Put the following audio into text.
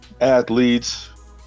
athletes